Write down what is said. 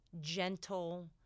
gentle